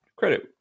credit